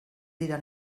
dira